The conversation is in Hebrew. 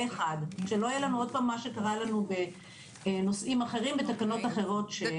שלא יהיה לנו עוד פעם מה שקרה לנו בנושאים אחרים ובתקנות אחרות.